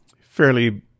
fairly